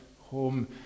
home